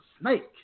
snake